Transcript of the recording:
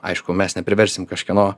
aišku mes nepriversim kažkieno